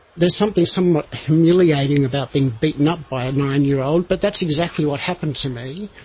there's something somewhat humiliating about being beaten up by a nine-year-old but that's exactly what happened to me,